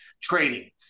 trading